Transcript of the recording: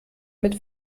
mit